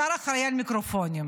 שר אחראי על מיקרופונים.